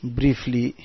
briefly